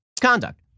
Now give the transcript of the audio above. Conduct